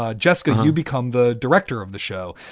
ah jessica, you become the director of the show.